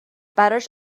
براش